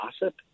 gossip